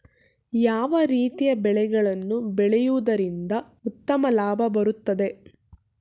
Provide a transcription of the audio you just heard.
ಯಾವ ರೀತಿಯ ಬೆಳೆಗಳನ್ನು ಬೆಳೆಯುವುದರಿಂದ ಉತ್ತಮ ಲಾಭ ಬರುತ್ತದೆ?